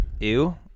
Ew